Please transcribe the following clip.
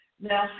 Now